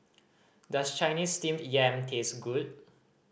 does Chinese Steamed Yam taste good